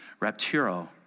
rapturo